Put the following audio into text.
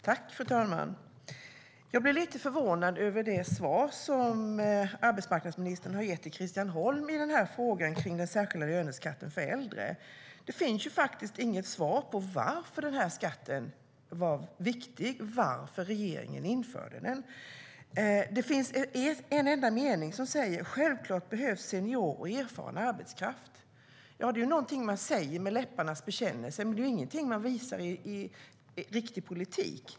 Fru talman! Jag blev lite förvånad över det svar som arbetsmarknadsministern har gett till Christian Holm Barenfeld på frågan om den särskilda löneskatten för äldre. Det finns inget svar på varför skatten var viktig och varför regeringen införde den. Det finns en enda mening som säger: Självklart behövs senior och erfaren arbetskraft. Det är någonting man säger med läpparnas bekännelse, men det är ingenting man visar i riktig politik.